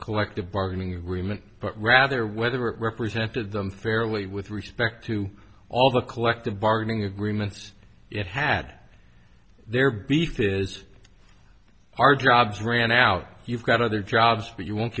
collective bargaining agreement but rather whether it represented them fairly with respect to all the collective bargaining agreements it had their beef is our jobs ran out you've got other jobs but you won't